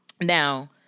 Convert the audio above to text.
Now